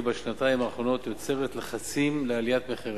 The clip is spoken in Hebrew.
בשנתיים האחרונות יוצרת לחצים לעליית מחירים.